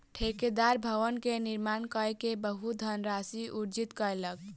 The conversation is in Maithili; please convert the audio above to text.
ठेकेदार भवन के निर्माण कय के बहुत धनराशि अर्जित कयलक